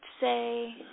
say